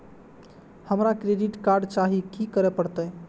हमरा credit card चाही की करे परतै?